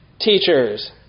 teachers